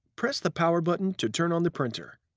press the power button to turn on the printer.